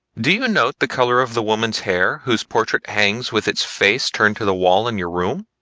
do you note the color of the woman's hair whose portrait hangs with its face turned to the wall in your room?